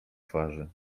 twarzy